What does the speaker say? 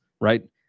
right